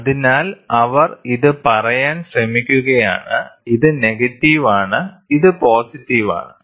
അതിനാൽ അവർ ഇത് പറയാൻ ശ്രമിക്കുകയാണ് ഇത് നെഗറ്റീവ് ആണ് ഇത് പോസിറ്റീവ് ആണ്